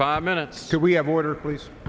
five minutes that we have order please